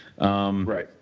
right